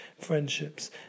Friendships